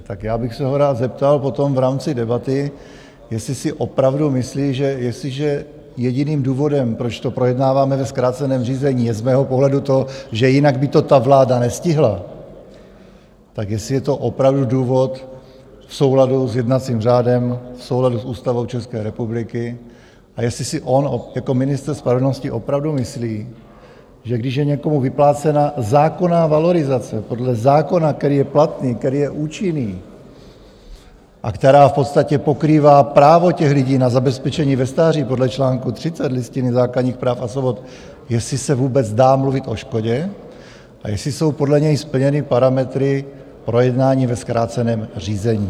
Tak já bych se ho rád zeptal potom v rámci debaty, jestli si opravdu myslí, že jestliže jediným důvodem, proč to projednáváme ve zkráceném řízení, je z mého pohledu to, že jinak by to vláda nestihla, tak jestli je to opravdu důvod v souladu s jednacím řádem, v souladu s Ústavou České republiky, a jestli si on jako ministr spravedlnosti opravdu myslí, že když je někomu vyplácena zákonná valorizace podle zákona, který je platný, který je účinný, a která v podstatě pokrývá právo těch lidí na zabezpečení ve stáří podle čl. 30 Listiny základních práv a svobod, jestli se vůbec dá mluvit o škodě a jestli jsou podle něj splněny parametry k projednání ve zkráceném řízení.